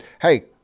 hey